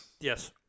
Yes